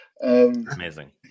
amazing